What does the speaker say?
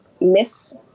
miss